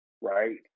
Right